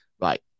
right